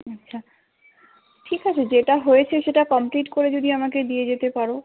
আচ্ছা ঠিক আছে যেটা হয়েছে সেটা কমপ্লিট করে যদি আমাকে দিয়ে যেতে পারো